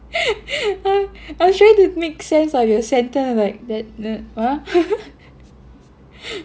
I was trying to make sense of your sentence then I'm like uh err !huh!